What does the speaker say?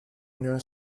unione